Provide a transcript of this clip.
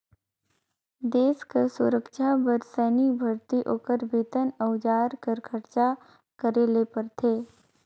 देस कर सुरक्छा बर सैनिक भरती, ओकर बेतन, अउजार कर खरचा करे ले परथे